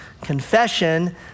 confession